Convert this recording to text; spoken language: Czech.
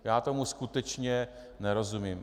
Já tomu skutečně nerozumím.